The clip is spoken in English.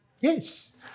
yes